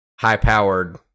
high-powered